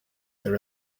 there